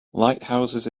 lighthouses